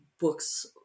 books